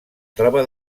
troba